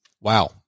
wow